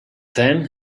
then